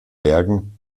bergen